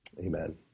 amen